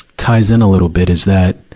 ties in a little bit, is that,